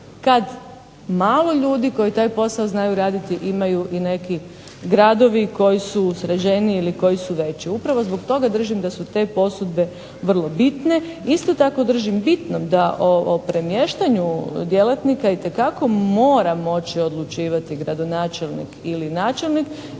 kad malo ljudi koji taj posao znaju raditi imaju i neki gradovi koji su sređeniji ili koji su veći. Upravo zbog toga držim da su te posudbe vrlo bitne. Isto tako držim bitno da o premještanju djelatnika itekako mora moći odlučivati gradonačelnik ili načelnik